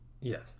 Yes